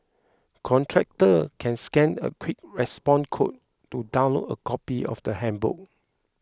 contractors can scan a quick response code to download a copy of the handbook